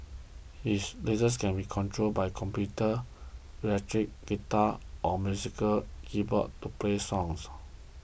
his latest can be controlled by a computer electric guitar or musical keyboard to play songs